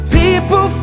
people